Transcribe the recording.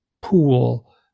pool